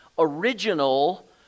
original